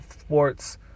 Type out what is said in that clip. sports